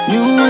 New